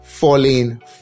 falling